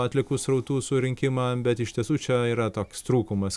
atliekų srautų surinkimą bet iš tiesų čia yra toks trūkumas